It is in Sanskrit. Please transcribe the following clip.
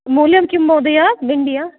मूल्यं किं महोदय भिण्ड्याः